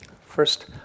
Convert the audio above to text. First